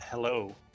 Hello